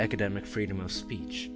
academic freedom of speech